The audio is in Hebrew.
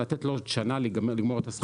אז לתת לו עוד שנה כדי לגמור את הסחורה.